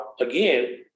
again